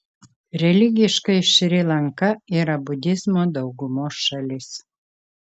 religiškai šri lanka yra budizmo daugumos šalis